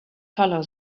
follow